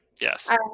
Yes